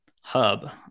hub